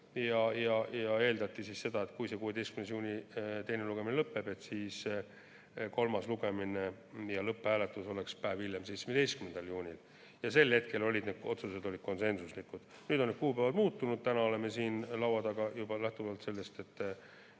ja eeldati, et kui 16. juunil teine lugemine lõpeb, siis kolmas lugemine ja lõpphääletus oleks päev hiljem, 17. juunil. Need otsused olid konsensuslikud. Nüüd on need kuupäevad muutunud, täna oleme siin laua taga juba lähtuvalt sellest, et